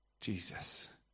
Jesus